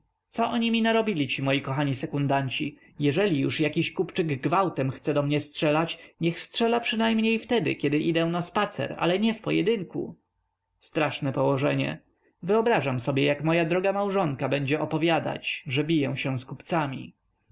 co oni mi narobili ci moi kochani sekundanci jeżeli już jakiś kupczyk gwałtem chce do mnie strzelać niech strzela przynajmniej wtedy kiedy idę na spacer ale nie w pojedynku straszne położenie wyobrażam sobie jak moja droga małżonka będzie opowiadać że biję się z kupcami